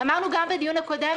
אמרנו גם בדיון הקודם,